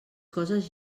coses